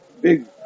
big